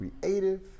creative